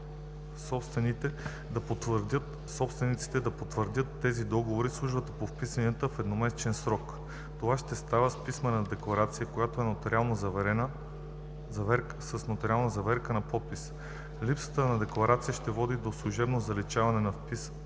собствениците да потвърдят тези договори в службата по вписванията в едномесечен срок. Това ще става с писмена декларация, която е с нотариална заверка на подписа. Липсата на декларация ще води до служебното заличаване на вписването